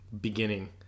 beginning